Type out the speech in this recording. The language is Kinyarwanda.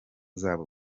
zabo